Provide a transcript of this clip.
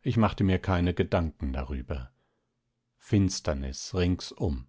ich machte mir keine gedanken darüber finsternis ringsum